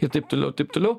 ir taip toliau taip toliau